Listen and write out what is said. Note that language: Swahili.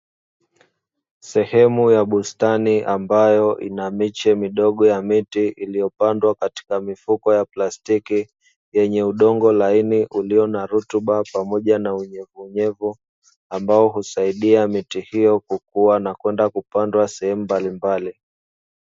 Sehemu ya bustani ambayo ina miche midogo ya miti iliyopandwa katika mifuko ya plastiki, yenye udongo laini ulio na rutuba pamoja na unyevunyevu. Ambao husaidia miti hiyo kukuwa na kwenda kupandwa sehemu mbalimbali.